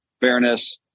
fairness